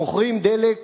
מוכרים דלק